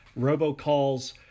Robocalls